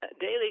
Daily